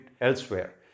elsewhere